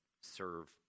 serve